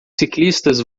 ciclistas